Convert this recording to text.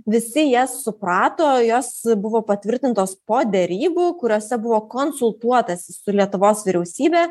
visi jas suprato jos buvo patvirtintos po derybų kuriose buvo konsultuotasi su lietuvos vyriausybe